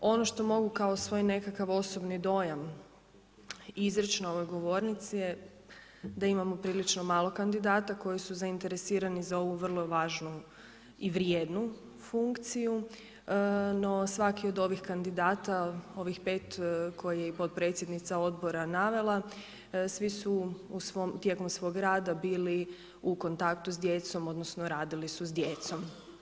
Ono što mogu kao svoj nekakav osobni dojam izreći na ovoj govornici je da imamo prilično malo kandidata koji su zainteresirani za ovu vrlo važnu i vrijednu funkciju, no svaki od ovih kandidata ovih pet koje je i potpredsjednica Odbora navela svi su tijekom svog rada bili u kontaktu bili s djecom odnosno radili su s djecom.